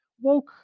Woke